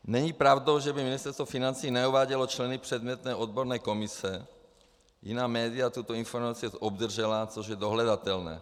Není pravdou, že by Ministerstvo financí neuvádělo členy předmětné odborné komise, jiná média tuto informaci již obdržela, což je dohledatelné.